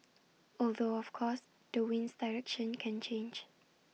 although of course the wind's direction can change